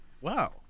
Wow